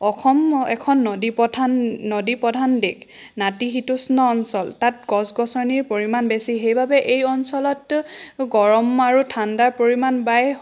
অসম এখন নদীপ্ৰধান নদীপ্ৰধান দেশ নাতিশীতোষ্ণ অঞ্চল তাত গছ গছনিৰ পৰিমাণ বেছি সেইবাবে এই অঞ্চলত গৰম আৰু ঠাণ্ডাৰ পৰিমাণ প্ৰায়